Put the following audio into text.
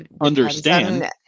understand